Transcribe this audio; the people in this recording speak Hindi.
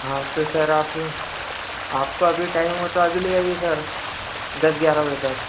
हाँ तो सर आप आपको अभी टाइम हो तो अभी ले आइए सर दस ग्यारह बजे तक